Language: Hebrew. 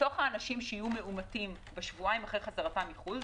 מתוך האנשים שיהיו מאומתים בשבועיים אחרי חזרתם מחו"ל,